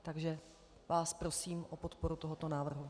Takže vás prosím o podporu tohoto návrhu.